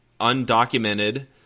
undocumented